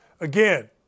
Again